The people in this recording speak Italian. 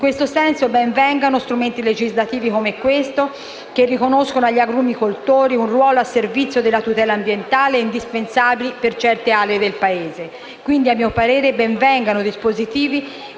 In questo senso, ben vengano strumenti legislativi come quello in esame, che riconoscono agli agrumicoltori un ruolo a servizio della tutela ambientale indispensabile per certe aree del Paese. A mio parere, quindi, ben vengano dispositivi